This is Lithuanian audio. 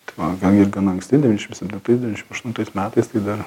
tai va gana gana anksti devyniasdšim septintais devyniasdešim aštuntais metais tai dar